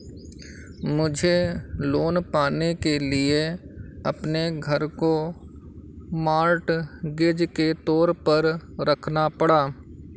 मुझे लोन पाने के लिए अपने घर को मॉर्टगेज के तौर पर रखना पड़ा